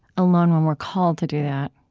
alone when we're called to do that,